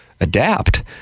adapt